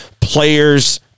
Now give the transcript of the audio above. players